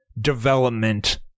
development